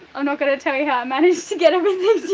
i'm not going to tell you how i managed to get everything